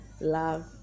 love